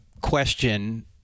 question